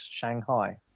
Shanghai